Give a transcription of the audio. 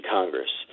Congress